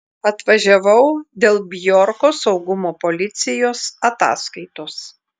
atvažiavau dėl bjorko saugumo policijos ataskaitos